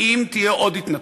האם תהיה עוד התנתקות,